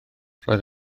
roedd